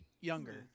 younger